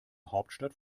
hauptstadt